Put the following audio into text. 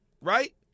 right